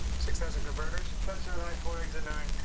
six thousand converters, truck's on i four exit nine.